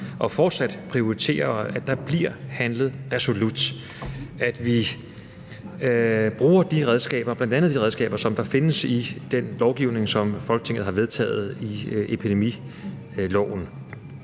og fortsat prioriterer, at der bliver handlet resolut, at vi bruger bl.a. de redskaber, der findes i den lovgivning, som Folketinget har vedtaget med epidemiloven.